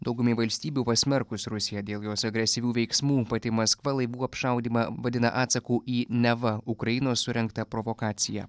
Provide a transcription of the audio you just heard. daugumai valstybių pasmerkus rusiją dėl jos agresyvių veiksmų pati maskva laivų apšaudymą vadina atsaku į neva ukrainos surengtą provokaciją